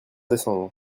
descendre